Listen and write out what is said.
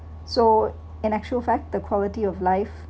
so in actual fact the quality of life